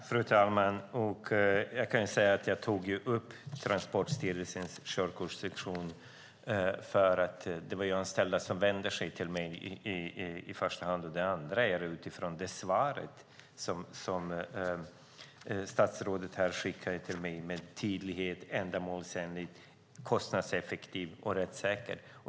Fru talman! Jag tog upp Transportstyrelsens körkortssektion därför att några anställda har vänt sig till mig och därför att statsrådet skriver i svaret: tydlig, ändamålsenlig, kostnadseffektiv och rättssäker.